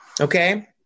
Okay